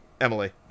Emily